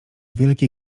wielki